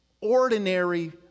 ordinary